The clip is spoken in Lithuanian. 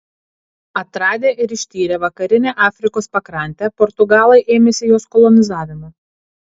atradę ir ištyrę vakarinę afrikos pakrantę portugalai ėmėsi jos kolonizavimo